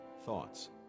thoughts